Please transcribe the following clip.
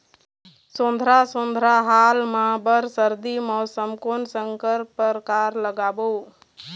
जोंधरा जोन्धरा हाल मा बर सर्दी मौसम कोन संकर परकार लगाबो?